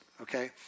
okay